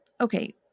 Okay